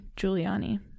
Giuliani